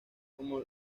como